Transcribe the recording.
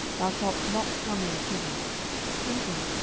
thou shalt not come in hither thinking,